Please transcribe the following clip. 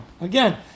Again